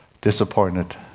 disappointed